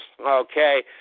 Okay